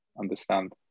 understand